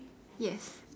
yes